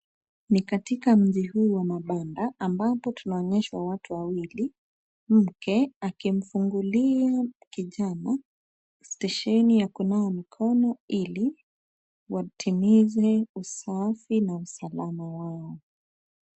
Ni katika mji huu wa mabanda ambapo tunaonyeshwa watu wawili mke akimfungulia kijana stesheni ya kunawa mikono ili watimize usafi na usalama wao.